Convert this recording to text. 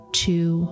two